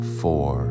four